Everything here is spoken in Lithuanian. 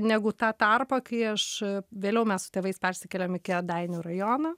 negu tą tarpą kai aš vėliau mes su tėvais persikėlėm į kėdainių rajoną